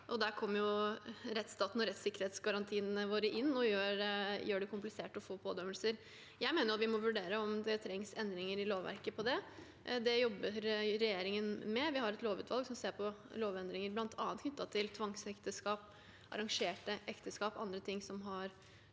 der kommer rettsstaten og rettssikkerhetsgarantiene våre inn og gjør det komplisert å få pådømmelser. Jeg mener vi må vurdere om det trengs endringer i lovverket på det. Det jobber regjeringen med. Vi har et lovutvalg som ser på lovendringer, bl.a. knyttet til tvangsekteskap, arrangerte ekteskap og annet som har